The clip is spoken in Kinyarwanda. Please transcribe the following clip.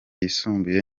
yisumbuye